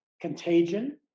contagion